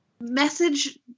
message